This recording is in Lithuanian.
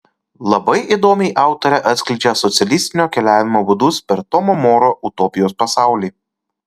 labai įdomiai autorė atskleidžia socialistinio keliavimo būdus per tomo moro utopijos pasaulį